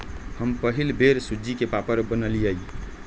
हम पहिल बेर सूज्ज़ी के पापड़ बनलियइ